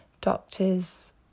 doctors